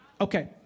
Okay